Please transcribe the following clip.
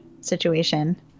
situation